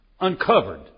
uncovered